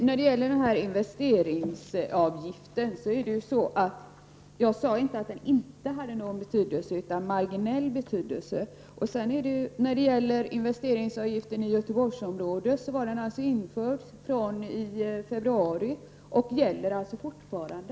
Herr talman! Jag sade inte att investeringsavgiften inte hade någon betydelse utan att den hade en marginell betydelse. Investeringsavgiften i Göteborgsområdet infördes i februari, och den gäller fortfarande.